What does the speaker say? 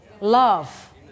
love